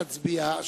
שנצביע.